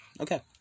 okay